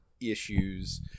issues